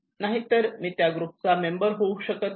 नाहीतर मी त्या ग्रुपचा मेंबर होऊ शकत नाही